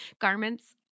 garments